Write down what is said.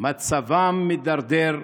מצבם מידרדר במהירות,